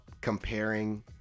comparing